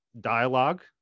dialogue